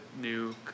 new